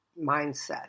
mindset